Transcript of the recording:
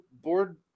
Board